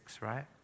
right